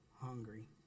hungry